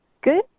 Good